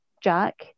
Jack